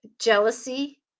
jealousy